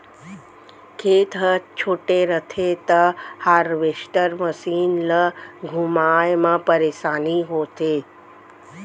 खेत ह छोटे रथे त हारवेस्टर मसीन ल घुमाए म परेसानी होथे